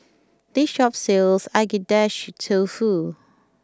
this shop sells Agedashi Tofu